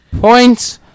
points